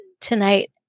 tonight